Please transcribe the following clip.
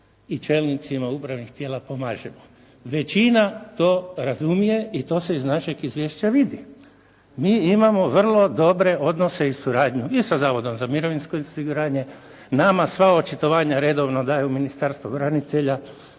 i čelnicima upravnih tijela pomažemo. Većina to razumije i to se iz našeg Izvješća vidi. Mi imamo vrlo dobre odnose i suradnju i sa Zavodom za mirovinsko osiguranje. Nama sva očitovanja redovno daju Ministarstvo branitelja,